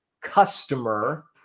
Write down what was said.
customer